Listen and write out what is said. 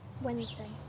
Wednesday